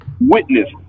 witness